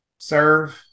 Serve